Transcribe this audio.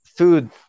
food